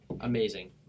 Amazing